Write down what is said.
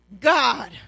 God